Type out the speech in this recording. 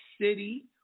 City